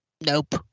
Nope